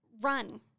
run